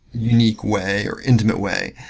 unique way, or intimate way.